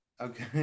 Okay